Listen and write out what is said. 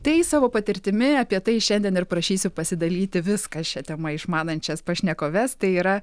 tai savo patirtimi apie tai šiandien ir prašysiu pasidalyti viską šia tema išmanančias pašnekoves tai yra